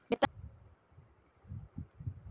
విత్తనాలను ఆన్లైన్లో ఎలా కొనుగోలు చేయవచ్చున?